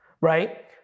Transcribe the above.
right